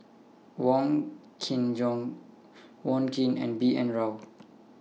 Wong Kin Jong Wong Keen and B N Rao